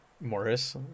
Morris